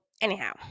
anyhow